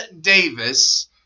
Davis